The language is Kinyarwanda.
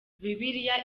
bibiliya